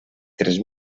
tres